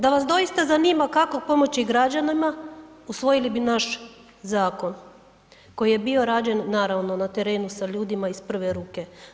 Da vas doista zanima kako pomoći građanima usvojili bi naš zakon koji je bio rađen naravno na terenu sa ljudima iz prve ruke.